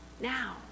now